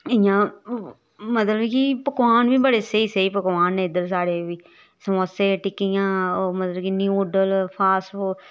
इ'यां मतलब कि पकोआन बी बड़े स्हेई स्हेई पकोआन न इद्धर साढ़े बी समोसे टिक्कियां ओह् मतलब कि न्यूडल फास्ट फू